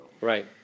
Right